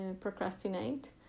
procrastinate